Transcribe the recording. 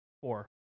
four